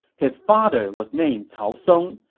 his father was named cao song,